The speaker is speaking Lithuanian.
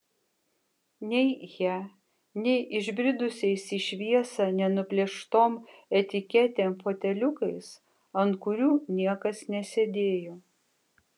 nei ja nei išbridusiais į šviesą nenuplėštom etiketėm foteliukais ant kurių niekas nesėdėjo